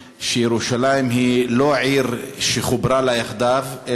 שירושלים היא לא עיר שחוברה לה יחדיו,